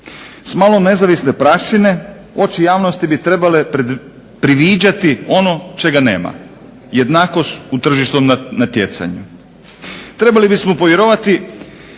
S malo nezavisne prašine oči javnosti bi trebale priviđati ono čega nema – jednakost u tržišnom natjecanju.